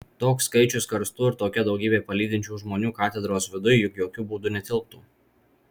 toks skaičius karstų ir tokia daugybė palydinčių žmonių katedros viduj juk jokiu būdu netilptų